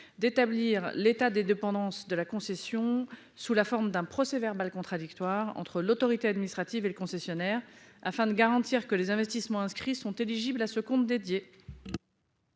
d'établir l'état des dépendances de la concession sous la forme d'un procès-verbal contradictoires entre l'autorité administrative et le concessionnaire afin de garantir que les investissements inscrits sont éligibles à ce compte dédié.